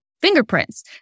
fingerprints